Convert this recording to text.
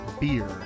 beer